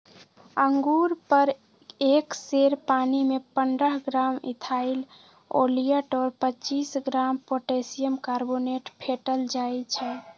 अंगुर पर एक सेर पानीमे पंडह ग्राम इथाइल ओलियट और पच्चीस ग्राम पोटेशियम कार्बोनेट फेटल जाई छै